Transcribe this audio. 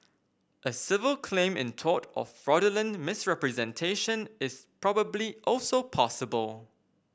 a civil claim in tort of fraudulent misrepresentation is probably also possible